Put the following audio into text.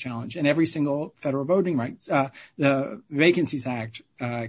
challenge in every single federal voting rights vacancies act